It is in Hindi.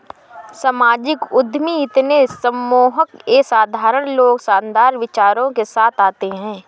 सामाजिक उद्यमी इतने सम्मोहक ये असाधारण लोग शानदार विचारों के साथ आते है